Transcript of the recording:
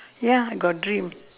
ya I got dream